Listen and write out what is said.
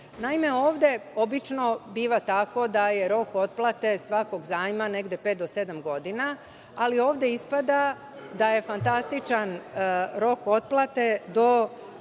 Naime, ovde obično biva tako da je rok otplate svakog zajma negde pet do sedam godina, ali ovde ispada da je fantastičan rok otplate do